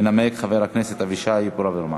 ינמק חבר הכנסת אבישי ברוורמן,